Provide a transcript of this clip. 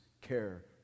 care